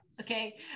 Okay